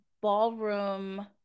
ballroom